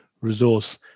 resource